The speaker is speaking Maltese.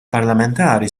parlamentari